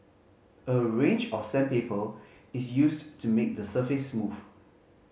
a range of sandpaper is used to make the surface smooth